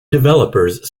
developers